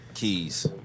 Keys